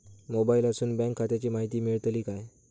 मोबाईलातसून बँक खात्याची माहिती मेळतली काय?